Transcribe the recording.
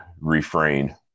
refrain